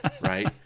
Right